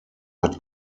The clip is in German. hat